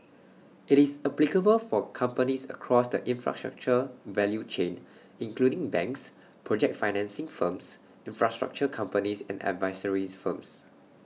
IT is applicable for companies across the infrastructure value chain including banks project financing firms infrastructure companies and advisory firms